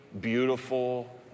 beautiful